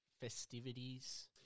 Festivities